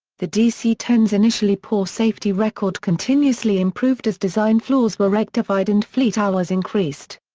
the dc ten s initially poor safety record continuously improved as design flaws were rectified and fleet hours increased.